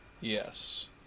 Yes